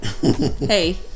Hey